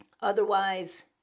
otherwise